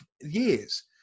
years